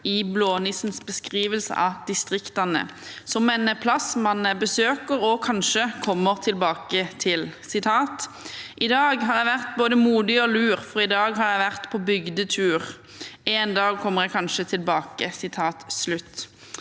i blånissens beskrivelse av distriktene som en plass man besøker og kanskje kommer tilbake til: «I dag har jeg vært både modig og lur, For i dag har jeg vært på bygdetur.» Og videre: «En dag kommer jeg kanskje tilbake.»